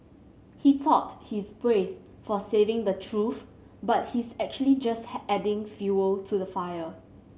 he thought he's brave for saying the truth but he's actually just adding fuel to the fire